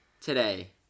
today